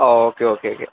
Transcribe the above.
ആ okay okay okay